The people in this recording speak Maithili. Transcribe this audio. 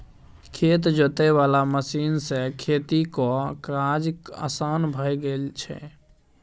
खेत जोते वाला मशीन सँ खेतीक काज असान भए गेल छै